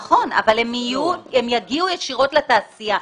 נכון, אבל הם יגיעו ישירות לתעשייה.